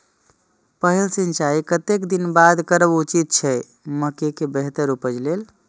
पहिल सिंचाई कतेक दिन बाद करब उचित छे मके के बेहतर उपज लेल?